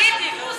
מי היה נכנס שם?